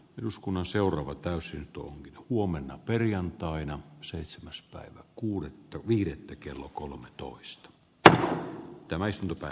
eduskunnan seuraava täysi tulkki huomenna perjantaina seitsemäs päivä on vähän vaisumpi yritys mutta minkäpä sille voi